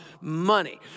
money